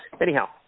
Anyhow